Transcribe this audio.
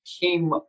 came